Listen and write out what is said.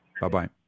Bye-bye